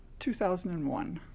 2001